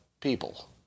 people